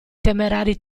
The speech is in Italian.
temerari